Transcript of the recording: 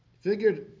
Figured